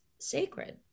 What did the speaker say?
sacred